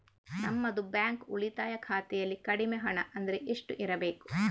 ನಮ್ಮದು ಬ್ಯಾಂಕ್ ಉಳಿತಾಯ ಖಾತೆಯಲ್ಲಿ ಕಡಿಮೆ ಹಣ ಅಂದ್ರೆ ಎಷ್ಟು ಇರಬೇಕು?